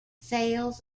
sales